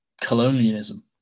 colonialism